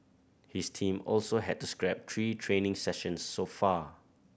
his team also had to scrap three training sessions so far